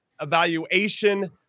evaluation